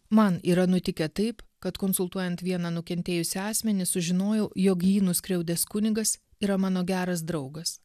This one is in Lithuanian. man yra nutikę taip kad konsultuojant vieną nukentėjusį asmenį sužinojau jog jį nuskriaudęs kunigas yra mano geras draugas